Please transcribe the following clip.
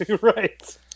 Right